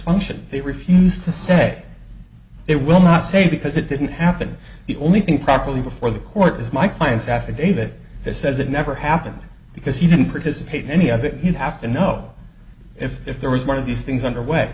function they refused to say they will not say because it didn't happen the only thing properly before the court is my client's affidavit that says it never happened because he didn't participate in any of it you have to know if there was one of these things underway